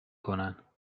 کنن